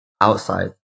outside